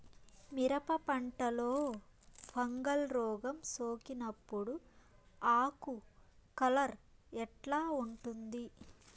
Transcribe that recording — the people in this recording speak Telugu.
మిరప పంటలో ఫంగల్ రోగం సోకినప్పుడు ఆకు కలర్ ఎట్లా ఉంటుంది?